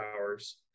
hours